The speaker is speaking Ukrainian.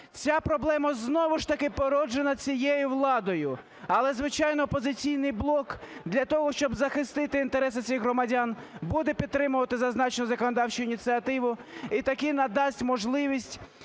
Ця проблема знову ж таки породжена цією владою, але, звичайно, "Опозиційний блок" для того, щоб захистити інтереси цих громадян, буде підтримувати зазначену законодавчу ініціативу і таки надасть можливість